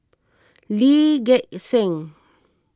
Lee Gek Seng